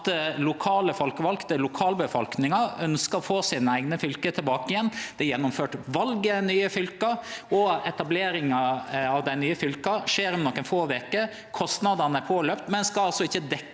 at lokale folkevalde og lokalbefolkninga ønskte å få sine eigne fylke tilbake igjen. Det er gjennomført val i dei nye fylka, og etableringa av dei nye fylka skjer om nokre få veker. Kostnadene er komne på, men ein skal altså ikkje dekkje